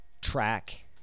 track